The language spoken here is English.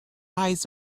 eyes